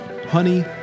honey